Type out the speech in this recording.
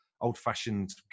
old-fashioned